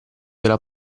della